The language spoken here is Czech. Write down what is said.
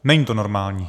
Není to normální.